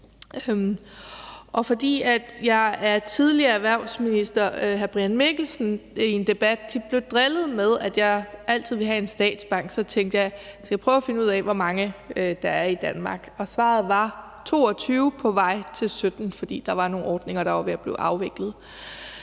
Fordi jeg af tidligere erhvervsminister, Brian Mikkelsen, i en debat tit blev drillet med, at jeg altid ville have en statsbank, tænkte jeg, at jeg skulle prøve at finde ud af, hvor mange der var i Danmark. Svaret var 22 – på vej til 17, fordi der var nogle ordninger, der var ved at blive afviklet.